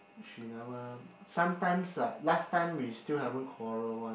she never sometimes like last time we still haven't quarrel one